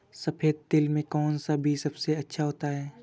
सफेद तिल में कौन सा बीज सबसे अच्छा होता है?